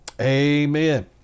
Amen